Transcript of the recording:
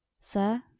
Sir